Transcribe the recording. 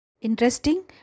Interesting